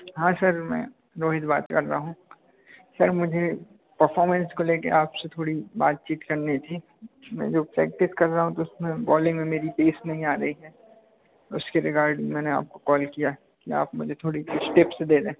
हाँ सर मैं रोहित बात कर रहा हूँ सर मुझे परफॉरमेंस को लेकर आपसे थोड़ी बातचीत करनी थी मैं जो प्रैक्टिस कर रहा हूँ तो उसमें बॉलिंग में मेरी पेस नहीं आ रही है उसके रिगार्डिंग मैंने आपको कॉल किया कि आप मुझे थोड़ी टिप्स दे दें